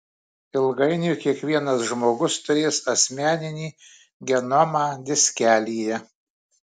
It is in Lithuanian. ilgainiui kiekvienas žmogus turės asmeninį genomą diskelyje